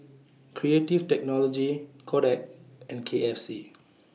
Creative Technology Kodak and K F C